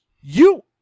You-